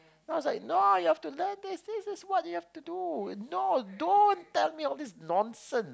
then I was like no you have to learn this this is what you have to do no don't tell me all these nonsense